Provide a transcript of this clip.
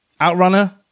Outrunner